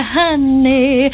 honey